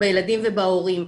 בילדים ובהורים.